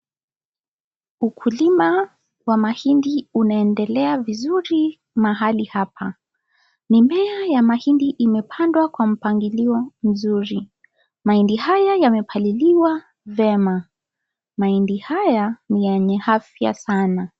Ukulima wa mahindi unaendelea vizuri mahali hapa. Mimea ya mahindi imepandwa kwa mpangilio mzuri. Mahindi haya yamepaliliwa vyema. Mahindi haya ni yenye afya sana.